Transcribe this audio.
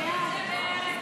הסתייגות